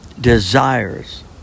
desires